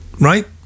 right